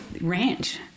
ranch